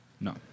No